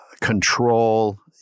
control